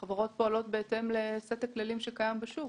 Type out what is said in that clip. החברות פועלות בהתאם לסט הכללים שקיים בשוק.